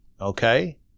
okay